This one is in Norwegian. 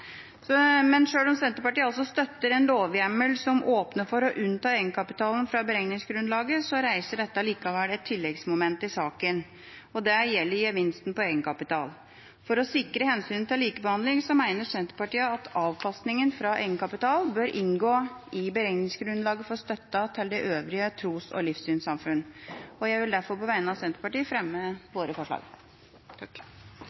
om Senterpartiet altså støtter en lovhjemmel som åpner for å unnta egenkapitalen fra beregningsgrunnlaget, reiser dette likevel et tilleggsmoment i saken. Det gjelder gevinsten på egenkapital. For å sikre hensynet til likebehandling mener Senterpartiet at avkastningen fra egenkapitalen bør inngå i beregningsgrunnlaget for støtta til de øvrige tros- og livssynssamfunnene. Jeg vil derfor på vegne av Senterpartiet